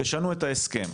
תשנו את ההסכם.